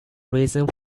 reason